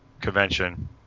convention